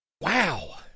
Wow